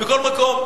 מכל מקום,